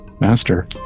master